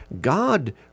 God